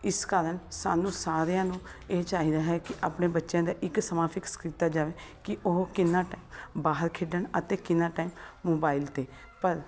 ਇਸ ਕਾਰਨ ਸਾਨੂੰ ਸਾਰਿਆਂ ਨੂੰ ਇਹ ਚਾਹੀਦਾ ਹੈ ਕਿ ਆਪਣੇ ਬੱਚਿਆਂ ਦਾ ਇੱਕ ਸਮਾਂ ਫਿਕਸ ਕੀਤਾ ਜਾਵੇ ਕਿ ਉਹ ਕਿੰਨਾਂ ਟਾਈਮ ਬਾਹਰ ਖੇਡਣ ਅਤੇ ਕਿੰਨਾਂ ਟਾਈਮ ਮੋਬਾਈਲ 'ਤੇ ਪਰ